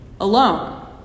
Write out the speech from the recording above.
alone